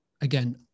again